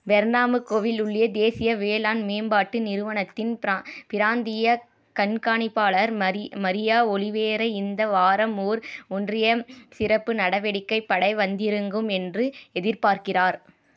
பெர்னாம்பு கோவில் உள்ள தேசிய வேளாண் மேம்பாட்டு நிறுவனத்தின் பிரா பிராந்திய கண்காணிப்பாளர் மரி மரியா ஒலிவேர இந்த வாரம் ஓர் ஒன்றிய சிறப்பு நடவடிக்கைப் படை வந்திறங்கும் என்று எதிர்பார்க்கிறார்